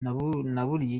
naburiye